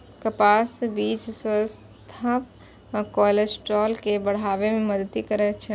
कपासक बीच स्वास्थ्यप्रद कोलेस्ट्रॉल के बढ़ाबै मे मदति करै छै